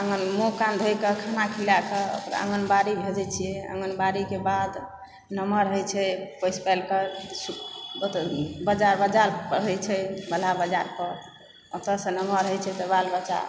तहन मुँह कान धोयके खाना खिलाके ओकरा आँगनबाड़ी भेजै छियै आँगनबाड़ीके बाद नमहर होइ छै पोसि पालके ओतए बाजार पर पढ़ै छै बलहा बाजार पर ओकरोसँ नमहर होइत छै तऽ बाल बच्चा